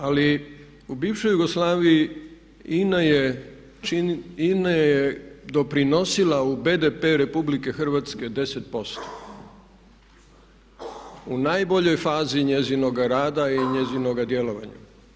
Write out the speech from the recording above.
Ali u bivšoj Jugoslaviji INA je doprinosila u BDP RH 10% u najboljoj fazi njezinoga rada i njezinoga djelovanja.